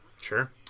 Sure